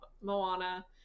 Moana